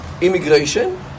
immigration